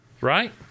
Right